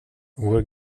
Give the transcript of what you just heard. were